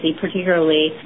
particularly